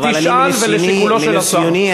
תשאל, ולשיקולו של השר.